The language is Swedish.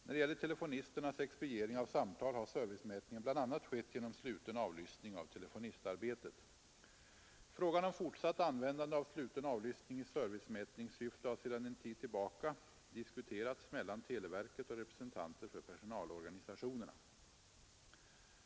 När det gäller telefonisternas expediering av samtal har servicemätningen bl.a. skett genom sluten avlyssning av telefonistarbetet. Frågan om fortsatt användande av sluten avlyssning i servicemätningssyfte har sedan en tid tillbaka diskuterats mellan televerket och representanter för personalorganisationerna.